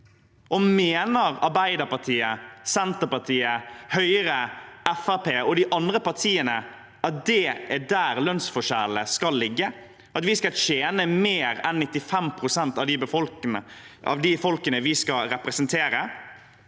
Mener Arbeiderpartiet, Senterpartiet, Høyre, Fremskrittspartiet og de andre partiene at det er der lønnsforskjellene skal ligge, at vi skal tjene mer enn 95 pst. av det folkene vi skal representere,